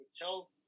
tell